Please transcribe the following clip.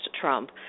Trump